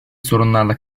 sorunlarla